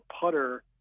putter